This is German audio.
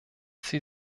sie